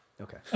Okay